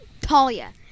Talia